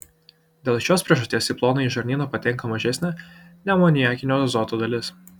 dėl šios priežasties į plonąjį žarnyną patenka mažesnė neamoniakinio azoto dalis